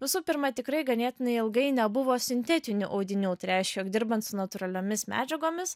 visų pirma tikrai ganėtinai ilgai nebuvo sintetinių audinių tai reiškia jog dirbant su natūraliomis medžiagomis